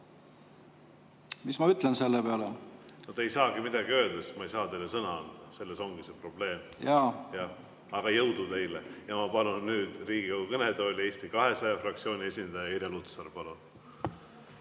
Mis ma ütlen selle peale? Aga te ei saagi midagi öelda, sest ma ei saa teile sõna anda, selles ongi see probleem. Jaa. Jaa. Jah. Aga jõudu teile! Ma palun nüüd Riigikogu kõnetooli Eesti 200 fraktsiooni esindaja Irja Lutsari.